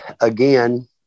again